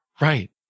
Right